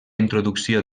introducció